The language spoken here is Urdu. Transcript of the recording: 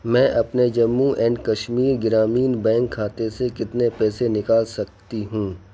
میں اپنے جموں اینڈ کشمیر گرامین بینک خاتے سے کتنے پیسے نکال سکتی ہوں